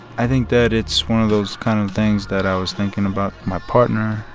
i think that it's one of those kind of things that i was thinking about my partner.